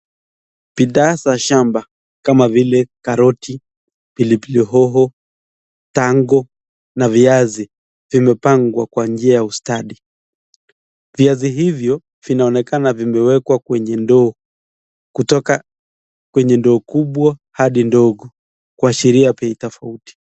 Bidhaa za shamba kama vile karoti, pilipili hoho, tango na viazi vimepangwa kwa njia ya ustadi. Viazi hivyo vinaonekana vimewekwa kwenye ndoo. Kutoka kwenye ndoo kubwa Hadi ndogo, Kuashiria bei tofauti.